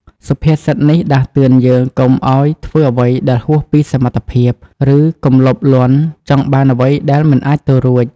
សុភាសិតនេះដាស់តឿនយើងកុំឱ្យធ្វើអ្វីដែលហួសពីសមត្ថភាព ឬកុំលោភលន់ចង់បានអ្វីដែលមិនអាចទៅរួច។